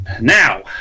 Now